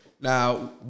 Now